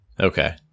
okay